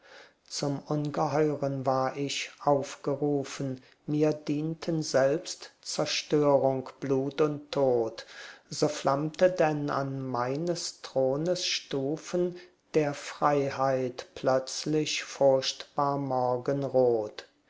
zum ungeheuren war ich aufgerufen mir dienten selbst zerstörung blut und tod so flammte denn an meines thrones stufen der freiheit plötzlich furchtbar morgenrot